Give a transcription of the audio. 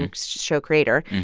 and show creator,